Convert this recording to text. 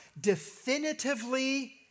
definitively